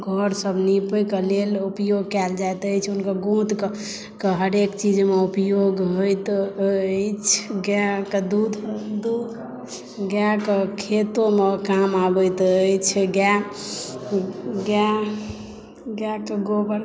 घरसभ निपयके लेल उपयोग कयल जाइत अछि हुनकर गोँतके हरेक चीजमे उपयोग होइत अछि गाएके दूध गाएके खेतोमे काम अबैत अछि गाए गाए गाएके गोबर